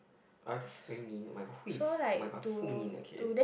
ah that's very mean oh-my-god who is oh-my-god that's so mean okay